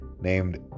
named